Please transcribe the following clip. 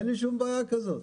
אין לי שום בעיה כזאת.